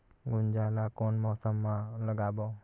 गुनजा ला कोन मौसम मा लगाबो?